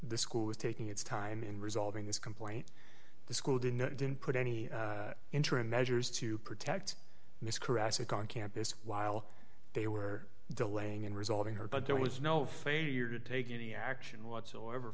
the school was taking its time in resolving this complaint the school didn't didn't put any interim measures to protect miss caressa khan campus while they were delaying and resolving her but there was no failure to take any action whatsoever